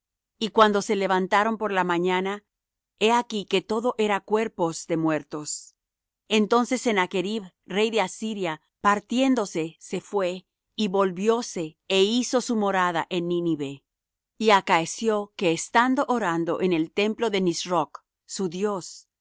y cuando se levantaron por la mañana he aquí que todo era cuerpos de muertos entonces sennachrib rey de asiria partiéndose se fué y volvióse é hizo su morada en nínive y acaeció que estando orando en el templo de nisroch su dios